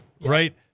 right